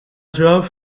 trump